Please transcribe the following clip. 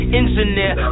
engineer